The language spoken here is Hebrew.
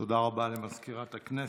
תודה רבה למזכירת הכנסת.